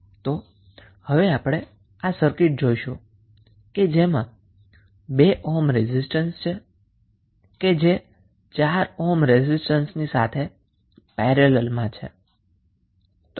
આપણે જોઈશું કે આ સર્કિટમાં 2 ઓહ્મ રેઝિસ્ટન્સ છે જે 4 ઓહ્મ રેઝિસ્ટન્સ ની સાથે પેરેલલમાં છે